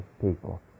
people